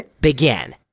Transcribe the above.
Begin